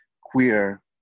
queer